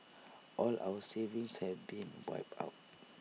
all our savings have been wiped out